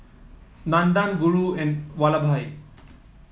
Nandan Guru and Vallabhbhai